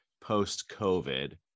post-COVID